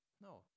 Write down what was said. No